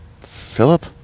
philip